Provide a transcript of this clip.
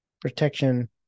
protection